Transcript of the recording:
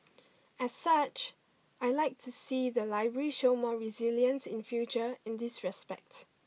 as such I like to see the library show more resilience in future in this respect